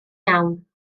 iawn